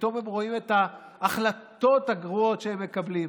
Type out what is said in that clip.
פתאום הם רואים את ההחלטות הגרועות שהם מקבלים.